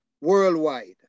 worldwide